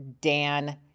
Dan